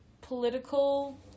political